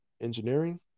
engineering